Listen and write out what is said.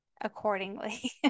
accordingly